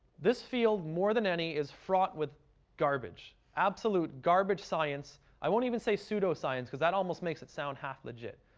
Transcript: this field, more than any, is fraught with garbage, absolute garbage science. i won't even say pseudoscience because that almost makes it sound half legit.